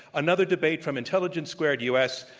another debate from intelligence squared u. s.